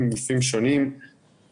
אנחנו מסתכלים על סוגים שונים של מסלולים,